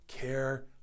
care